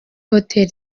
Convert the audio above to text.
hoteli